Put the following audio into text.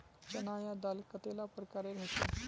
चना या दाल कतेला प्रकारेर होचे?